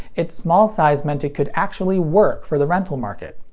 its small size meant it could actually work for the rental market.